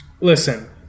Listen